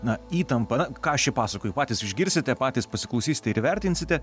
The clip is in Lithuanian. na įtampa na ką aš čia pasakoju patys išgirsite patys pasiklausysite ir įvertinsite